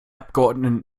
abgeordneten